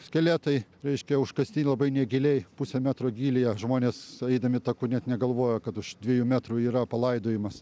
skeletai reiškia užkasti labai negiliai pusę metro gylyje žmonės eidami taku net negalvoja kad už dviejų metrų yra palaidojimas